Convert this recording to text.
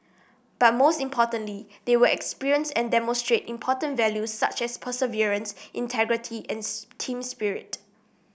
but most importantly they will experience and demonstrate important values such as perseverance integrity and team spirit